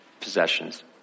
possessions